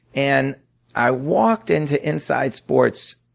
and i walked into inside sports